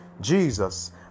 Jesus